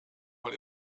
mal